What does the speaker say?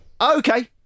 Okay